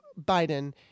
Biden